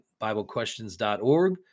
biblequestions.org